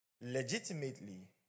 legitimately